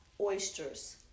oysters